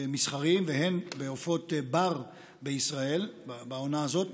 מסחריים והן בעופות בר בישראל בעונה הזאת,